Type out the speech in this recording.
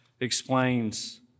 explains